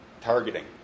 targeting